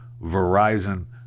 Verizon